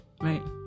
right